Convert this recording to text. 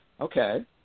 Okay